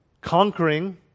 conquering